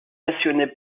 passionné